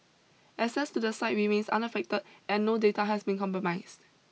access to the site remains unaffected and no data has been compromised